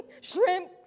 shrimp